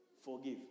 Forgive